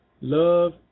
love